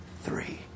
three